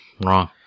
wrong